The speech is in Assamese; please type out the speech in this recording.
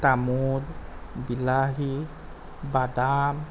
তামোল বিলাহী বাদাম